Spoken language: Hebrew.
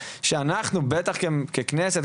שאנחנו בטח ככנסת,